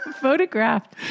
photographed